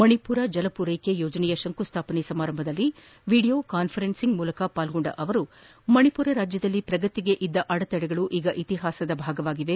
ಮಣಿಪುರ ಜಲ ಪೂರೈಕೆ ಯೋಜನೆಯ ಶಂಕುಸ್ಥಾಪನೆ ಸಮಾರಂಭದಲ್ಲಿ ವಿಡಿಯೋ ಕಾನ್ಫರೆನ್ಸ್ ಮೂಲಕ ಪಾಲ್ಗೊಂಡ ಅವರು ಮಣಿಪುರ ರಾಜ್ಯದಲ್ಲಿ ಪ್ರಗತಿಗೆ ಇದ್ದ ಅಡೆತಡೆಗಳು ಈಗ ಇತಿಹಾಸದ ಭಾಗವಾಗಿವೆ